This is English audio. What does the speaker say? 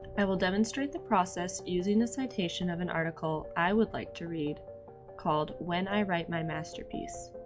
i will demonstrate the process using the citation of an article i would like to read called, when i write my masterpiece.